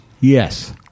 yes